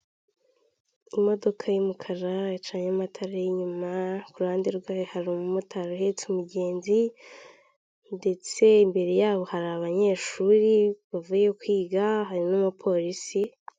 Imodoka y'umukara yacanye amatara y'inyuma, ku ruhande rwayo hari umumotari uhetse umugenzi ndetse imbere yabo hari abanyeshuri bavuye kwiga, hari n'umupolisi.